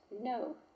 No